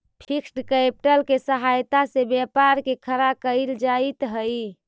fixed capital के सहायता से व्यापार के खड़ा कईल जइत हई